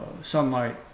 sunlight